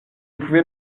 pouvais